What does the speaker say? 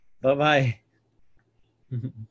Bye-bye